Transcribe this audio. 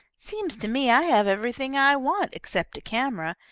seems to me i have everything i want except a camera,